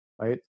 right